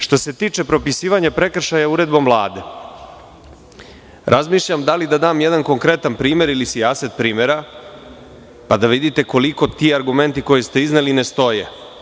Što se tiče propisivanja prekršaja uredbom Vlade, razmišljam da li da dam jedan konkretan primer ili sijaset primera, pa da vidite koliko ti argumenti koje ste izneli ne stoje.